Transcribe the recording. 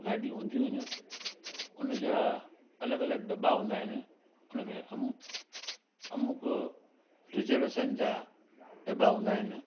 गाॾी हूंदियूं आहिनि उन जा अलॻि अलॻि दॿा हूंदा आहिनि हुन में अमुख रिजर्वेशन जा दॿा हूंदा आहिनि